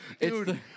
Dude